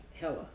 Hella